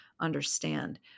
understand